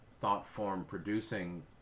thought-form-producing